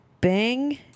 bang